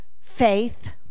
faith